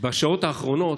בשעות האחרונות,